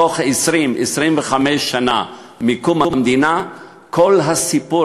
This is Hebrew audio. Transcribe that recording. בתוך 25-20 שנה מקום המדינה כל הסיפור